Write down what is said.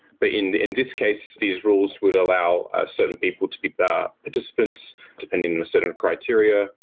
but in in this case, these rules would allow certain people to be but participants depending on a certain criteria,